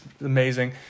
Amazing